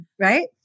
right